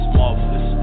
marvelous